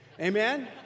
Amen